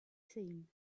seen